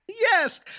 Yes